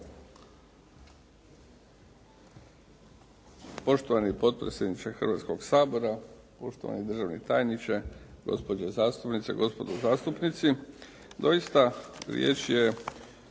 Poštovani potpredsjedniče Hrvatskog sabora, poštovani državni tajniče, gospođo zastupnice, gospodo zastupnici. Doista riječ je